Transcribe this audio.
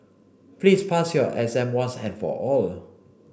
please pass your exam once and for all